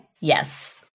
Yes